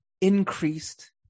increased